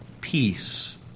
Peace